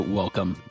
welcome